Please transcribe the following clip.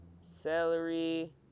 celery